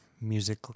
music